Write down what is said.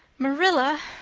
marilla,